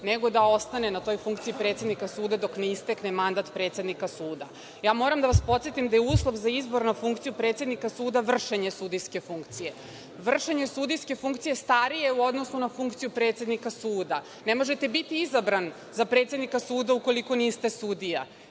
nego da ostane na toj funkciji predsednika suda, dok ne istekne mandat predsednika suda. Moram da vas podsetim da je uslov za izbor na funkciju predsednika suda, vršenje sudijske funkcije. Vršenje sudijske funkcije je starije u odnosu na funkciju predsednika suda. Ne možete biti izabrani za predsednika suda ukoliko niste sudija,